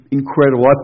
incredible